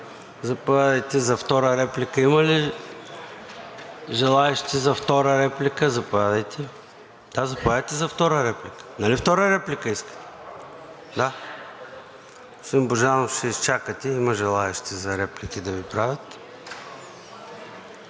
Заповядайте за втора реплика. Има ли желаещи за втора реплика? Заповядайте. Да, заповядайте за втора реплика. Господин Божанов, ще изчакате, има желаещи за реплики да Ви правят.